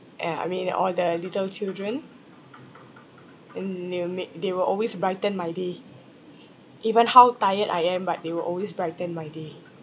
uh I mean all the little children and they will make they will always brighten my day even how tired I am but they will always brighten my day